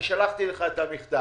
אני שלחתי לך את המכתב.